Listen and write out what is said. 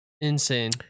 Insane